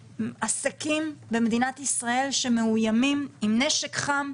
עסקים מאוימים במדינת ישראל על ידי נשק חם,